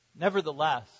Nevertheless